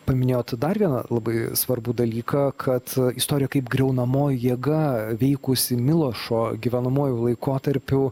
paminėjot dar vieną labai svarbų dalyką kad istorija kaip griaunamoji jėga veikusi milošo gyvenamuoju laikotarpiu